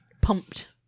pumped